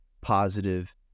positive